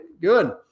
good